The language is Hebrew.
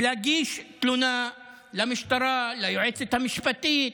ולהגיש תלונה למשטרה, ליועצת המשפטית.